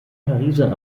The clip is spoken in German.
pariser